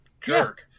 jerk